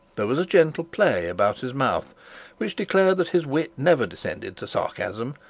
there was a gentle play about his mouth which declared that his wit never descended to sarcasm,